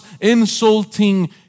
insulting